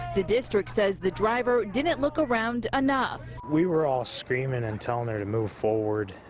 the district says the driver didn't look around enough. we were all screaming and telling her to move forward.